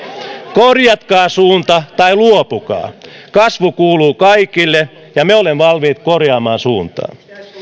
korjatkaa suunta tai luopukaa kasvu kuuluu kaikille ja me olemme valmiit korjaamaan suuntaa